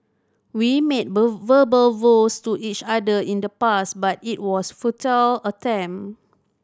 we made verbal vows to each other in the past but it was futile attempt